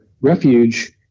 refuge